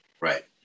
Right